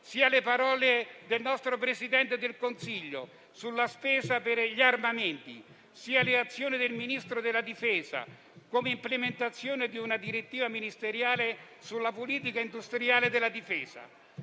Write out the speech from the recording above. sia le parole del nostro Presidente del Consiglio sulla spesa per gli armamenti, sia le azioni del Ministro della difesa come implementazione di una direttiva ministeriale sulla politica industriale della Difesa